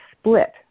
split